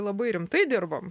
labai rimtai dirbam